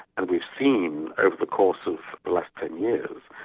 and we've seen over the course of the last ten years,